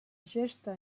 gesta